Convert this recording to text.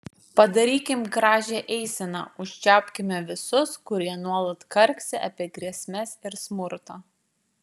padarykime gražią eiseną užčiaupkime visus kurie nuolat karksi apie grėsmes ir smurtą